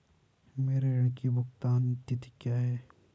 मेरे ऋण की भुगतान तिथि क्या है?